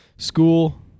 School